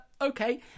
Okay